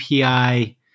API